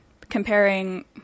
comparing